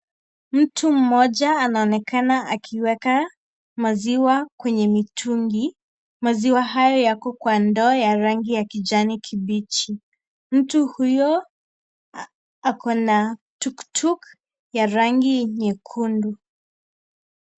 Mtu mmoja anaonekana akiweka maziwa kwenye mitungi, maziwa hayo yako kwa ndoo ya rangi ya kijani kibichi. Mtu huyo ako na tuktuk ya rangi nyekundu.